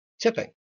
Tipping